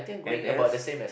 n_s